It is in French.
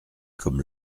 comme